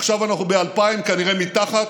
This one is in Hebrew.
עכשיו אנחנו ב-2,000, כנראה מתחת,